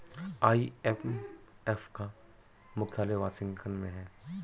IMF का मुख्यालय Washington में है